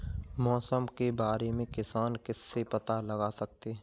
मौसम के बारे में किसान किससे पता लगा सकते हैं?